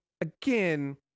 again